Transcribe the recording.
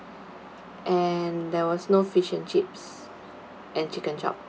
and there was no fish and chips and chicken chop